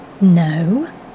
No